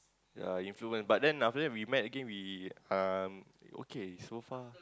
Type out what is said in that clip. yea influence but then after that we met again okay so far